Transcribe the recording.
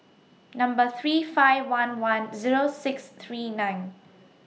Number three five one one Zero six three nine